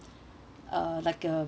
uh like uh